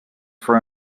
for